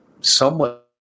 somewhat